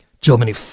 Germany